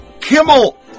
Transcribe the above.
Kimmel